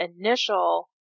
initial